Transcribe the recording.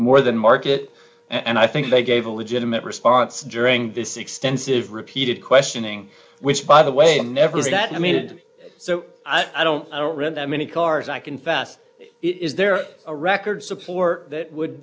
more than market and i think they gave a legitimate response during this extensive repeated questioning which by the way i never said that i mean it so i don't i don't read that many cars i confess is there a record support that would